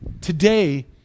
today